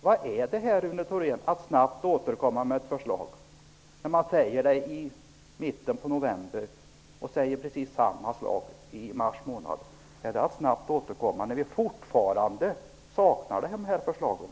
Vad innebär det att ''snabbt återkomma med ett förslag'', Rune Thorén, när det sägs i mitten på november och precis samma sak sägs i mars månad? Är det att snabbt återkomma? Vi saknar ju fortfarande de här förslagen.